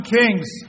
kings